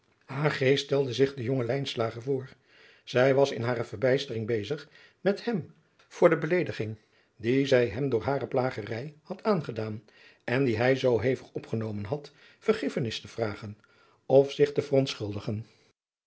geest stelde zich den jongen lijnslager voor en zij was in hare verbijstering bezig met hem voor de beleediging die zij hem door hare plagerij had aangedaan en die hij zoo hevig opgenomen had vergiffenis te vragen of zich te verontschuldigen